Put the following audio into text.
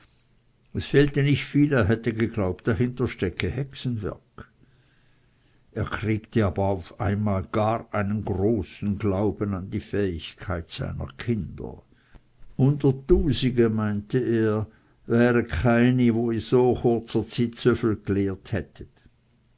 es fehlte nicht viel er hätte geglaubt dahinter stecke hexenwerk er kriegte aber auf einmal gar einen großen glauben an die fähigkeit seiner kinder unter tusige meinte er wären keine die i so